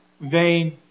vain